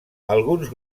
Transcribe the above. alguns